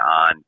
on